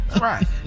Right